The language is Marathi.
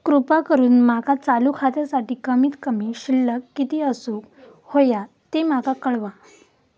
कृपा करून माका चालू खात्यासाठी कमित कमी शिल्लक किती असूक होया ते माका कळवा